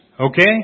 Okay